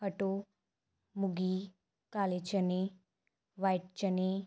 ਹਟੋ ਮੂੰਗੀ ਕਾਲੇ ਚਨੀ ਵਾਈਟ ਚਨੇ